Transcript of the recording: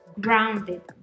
grounded